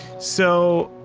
so.